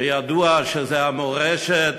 שידוע שזו המורשת